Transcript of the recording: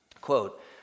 Quote